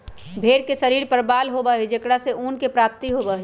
भेंड़ के शरीर पर बाल होबा हई जेकरा से ऊन के प्राप्ति होबा हई